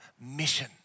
mission